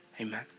Amen